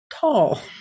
tall